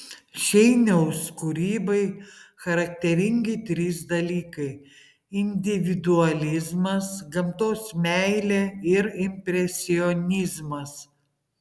šeiniaus kūrybai charakteringi trys dalykai individualizmas gamtos meilė ir impresionizmas